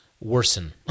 worsen